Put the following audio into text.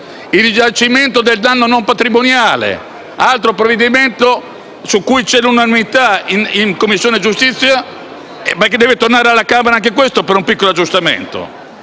sul risarcimento del danno non patrimoniale; altro provvedimento su cui c'è l'unanimità in Commissione giustizia, ma che, anche in questo caso, deve tornare alla Camera anche per un piccolo aggiustamento.